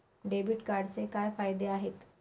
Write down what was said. Debit कार्डचे काय फायदे आहेत?